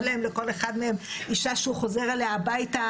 לכל אחד מהם אישה שהוא חוזר אליה הביתה,